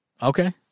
Okay